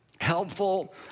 Helpful